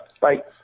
Bye